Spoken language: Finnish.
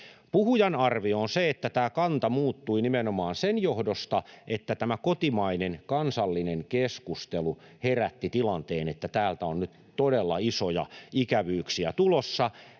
Puhujan arvio on se, että kanta muuttui nimenomaan sen johdosta, että tämä kotimainen kansallinen keskustelu herätti tilanteen, että täältä on nyt todella isoja ikävyyksiä tulossa,